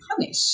punish